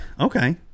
Okay